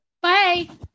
Bye